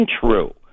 true